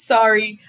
Sorry